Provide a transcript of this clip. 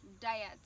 diets